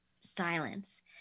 silence